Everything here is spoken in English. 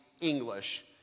English